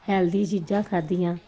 healthy ਚੀਜ਼ਾਂ ਖਾਦੀਆਂ